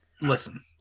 Listen